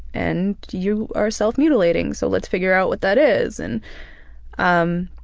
and you are self-mutilating so let's figure out what that is. and um